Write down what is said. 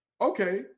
Okay